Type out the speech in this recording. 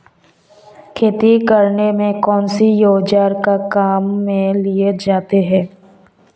खेती करने में कौनसे औज़ार काम में लिए जाते हैं?